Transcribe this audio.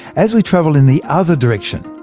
as we travel in the other direction,